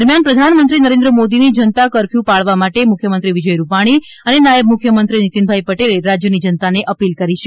દરમિયાન પ્રધાનમંત્રી નરેન્ન મોદીની જનતા કર્ફયુ પાળવા માટે મુખ્યમંત્રી વિજય રૂપાણી અને નાયબ મુખ્યમંત્રી નિતિનભાઇ પટેલે રાશ્ચની જનતાને અપીલ કરી છે